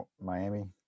Miami